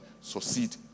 succeed